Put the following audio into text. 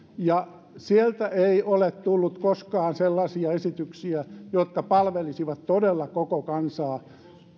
ja sieltä ei ole tullut koskaan sellaisia esityksiä jotka palvelisivat todella koko kansaa